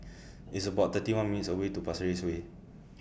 It's about thirty one minutes' away to Pasir Ris Way